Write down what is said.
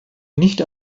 nicht